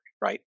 Right